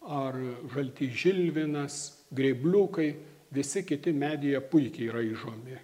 ar žaltys žilvinas grėbliukai visi kiti medyje puikiai raižomi